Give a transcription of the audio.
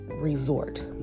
resort